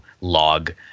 log –